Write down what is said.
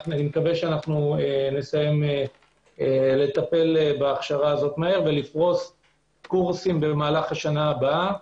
מקווים שנסיים לטפל בהכשרה הזאת מהר ולפרוס קורסים במהלך השנה הבאה.